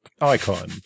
icon